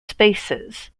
spaces